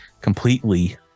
completely